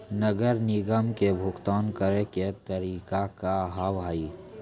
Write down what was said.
नगर निगम के भुगतान करे के तरीका का हाव हाई?